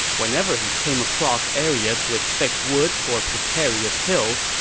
whenever he came across areas with thick woods or precarious hills,